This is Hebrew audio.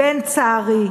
בן צערי.